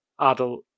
adult